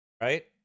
right